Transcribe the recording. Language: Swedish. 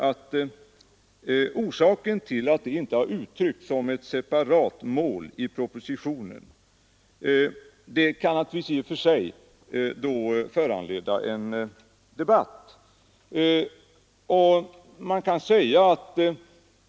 Att kvalitetstänkandet inte har uttryckts som ett separat mål i propositionen kan naturligtvis i och för sig föranleda en debatt.